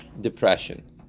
depression